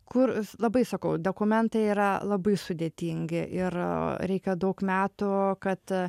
kur labai sakau dokumentai yra labai sudėtingi ir reikia daug metų kad